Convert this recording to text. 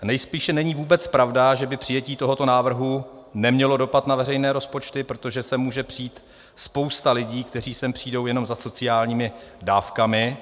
Nejspíše není vůbec pravda, že by přijetí tohoto návrhu nemělo dopad na veřejné rozpočty, protože sem může přijít spousta lidí, kteří sem přijdou jenom za sociálními dávkami.